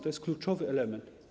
To jest kluczowy element.